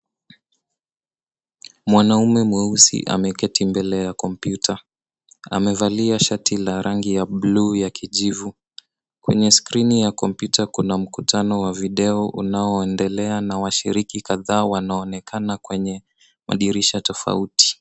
Mwanaume mweusi ameketi mbele ya kompyuta ,amevalia shati la rangi ya buluu ya kijivu .Kwenye skrini ya kompyuta kuna mkutano wa video unaoendelea na washiriki kadhaa wanaonekana kwenye madirisha tofauti.